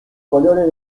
colores